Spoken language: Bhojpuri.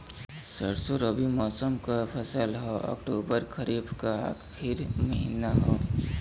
सरसो रबी मौसम क फसल हव अक्टूबर खरीफ क आखिर महीना हव